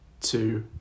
two